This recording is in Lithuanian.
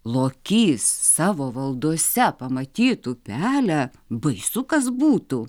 lokys savo valdose pamatytų pelę baisu kas būtų